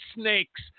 snakes